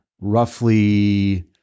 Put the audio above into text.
roughly